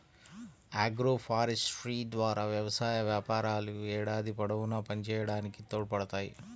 agroforestry ద్వారా వ్యవసాయ వ్యాపారాలు ఏడాది పొడవునా పనిచేయడానికి తోడ్పడతాయి